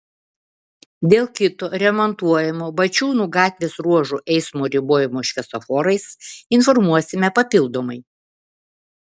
dėl kito remontuojamo bačiūnų gatvės ruožo eismo ribojimo šviesoforais informuosime papildomai